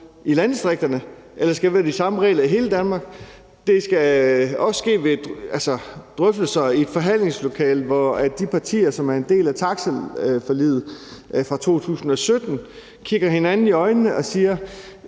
i landdistrikterne, eller skal det være de samme regler i hele Danmark? Det skal også ske ved drøftelser i et forhandlingslokale, hvor de partier, som er en del af taxaforliget fra 2017, kigger hinanden i øjnene og siger: